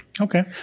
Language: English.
Okay